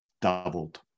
doubled